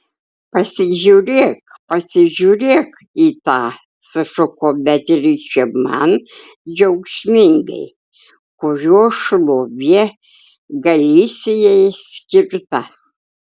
pasižiūrėk pasižiūrėk į tą sušuko beatričė man džiaugsmingai kurio šlovė galisijai skirta